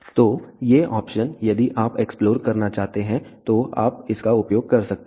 तो ये ऑप्शन यदि आप एक्सप्लोर करना चाहते हैं तो आप इसका उपयोग कर सकते हैं